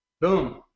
Boom